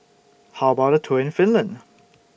How about A Tour in Finland